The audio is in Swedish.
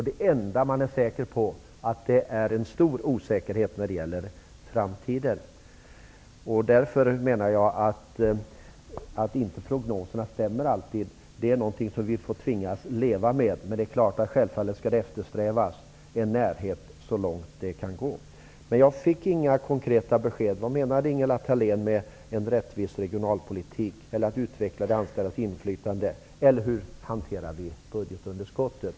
Det enda man är säker på är att det är en stor osäkerhet om framtiden. Att prognoserna inte alltid stämmer är någonting som vi tvingas att leva med. Självfallet skall en närhet eftersträvas så långt det går. Jag fick inga konkreta besked om vad Ingela Thalén menar med en rättvis regionalpolitik, utvecklandet av de anställdas inflytande, inte heller om hur vi skall hantera budgetunderskottet.